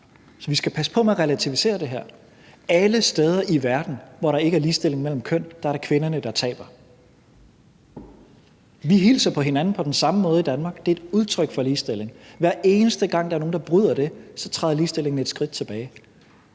Vi skal passe på med at relativisere det her. Alle steder i verden, hvor der ikke er ligestilling mellem kønnene, er det kvinderne, der taber. Vi hilser på hinanden på den samme måde i Danmark. Det er et udtryk for ligestilling. Hver eneste gang der er nogen, der bryder det, træder ligestillingen et skridt tilbage.